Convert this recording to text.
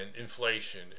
inflation